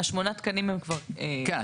השמונה תקנים הם כבר --- כן,